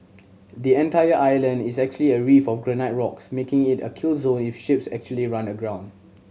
the entire island is actually a reef of granite rocks making it a kill zone if ships actually run aground